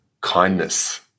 kindness